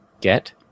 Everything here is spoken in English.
get